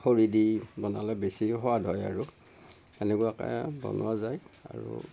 খৰি দি বনালে বেছি সোৱাদ হয় আৰু এনেকুৱাকৈ বনোৱা যায় আৰু